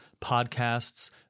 podcasts